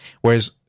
Whereas